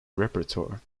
repertoire